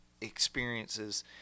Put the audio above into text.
experiences